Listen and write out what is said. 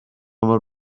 mor